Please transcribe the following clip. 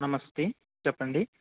నమస్తే చెప్పండి